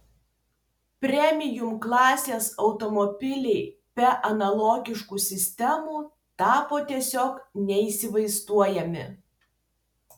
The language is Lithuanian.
premium klasės automobiliai be analogiškų sistemų tapo tiesiog neįsivaizduojami